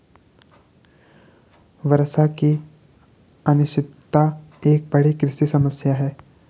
वर्षा की अनिश्चितता एक बड़ी कृषि समस्या है